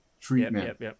treatment